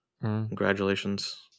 Congratulations